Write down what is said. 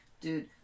Dude